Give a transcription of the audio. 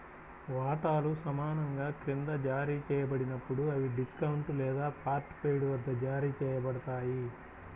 వాటాలు సమానంగా క్రింద జారీ చేయబడినప్పుడు, అవి డిస్కౌంట్ లేదా పార్ట్ పెయిడ్ వద్ద జారీ చేయబడతాయి